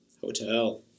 Hotel